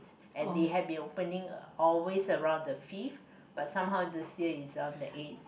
and it had been opening always around the fifth but somehow this year is on the eighth